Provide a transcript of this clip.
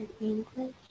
English